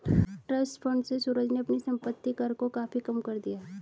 trust fund से सूरज ने अपने संपत्ति कर को काफी कम कर दिया